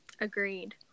Agreed